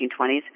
1920s